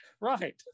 Right